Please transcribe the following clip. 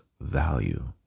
value